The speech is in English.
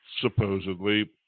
supposedly